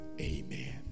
amen